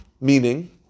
meaning